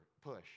push